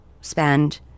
spend